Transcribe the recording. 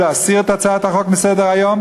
להסיר את הצעת החוק מסדר-היום,